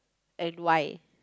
and why